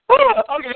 Okay